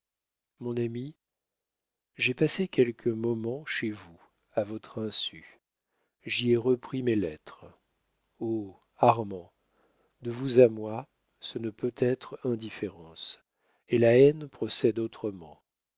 mon ami j'ai passé quelques moments chez vous à votre insu j'y ai repris mes lettres oh armand de vous à moi ce ne peut être indifférence et la haine procède autrement